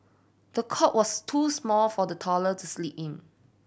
the cot was too small for the toddlered the sleep in